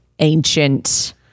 ancient